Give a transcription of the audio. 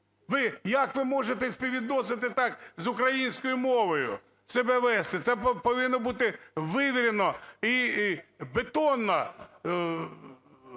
як ви можете співвідносити так, з українською мовою себе вести? Це повинно бути вивірено і бетонно